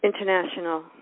international